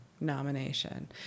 nomination